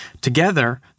Together